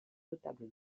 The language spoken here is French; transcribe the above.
notable